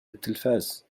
التلفاز